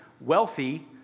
wealthy